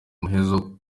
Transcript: muhezo